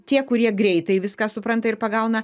tie kurie greitai viską supranta ir pagauna